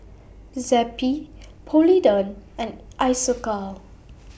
Zappy Polident and Isocal